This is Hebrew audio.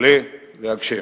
עלה והגשם.